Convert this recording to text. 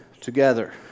together